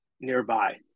nearby